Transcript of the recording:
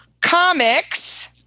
Comics